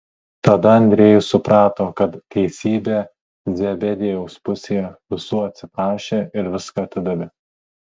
tada andriejus suprato kad teisybė zebediejaus pusėje visų atsiprašė ir viską atidavė